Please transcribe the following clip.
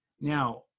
Now